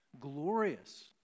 glorious